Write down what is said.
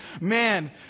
Man